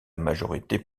majorité